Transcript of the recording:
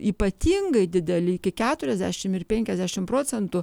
ypatingai dideli iki keturiasdešimt ir penkiasdešimt procentų